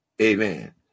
Amen